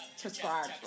prescribed